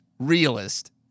realist